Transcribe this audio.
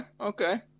okay